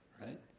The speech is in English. Right